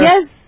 Yes